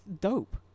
dope